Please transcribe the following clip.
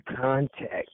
contact